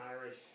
Irish